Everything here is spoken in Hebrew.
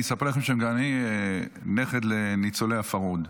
אני אספר לכם שגם אני נכד לניצולי הפרהוד.